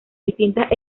distintas